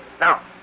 Now